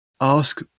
ask